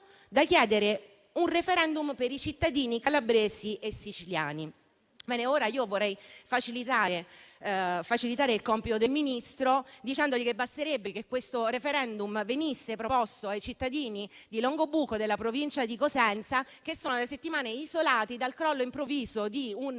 da chiedere un *referendum* per i cittadini calabresi e siciliani. Ebbene, vorrei facilitare il compito del Ministro, dicendogli che basterebbe che questo *referendum* venisse proposto ai cittadini di Longobucco, in provincia di Cosenza, che sono da settimane isolati dal crollo improvviso di un